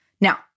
Now